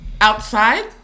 outside